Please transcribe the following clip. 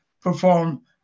perform